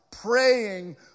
praying